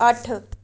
ਅੱਠ